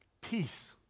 Peace